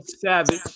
Savage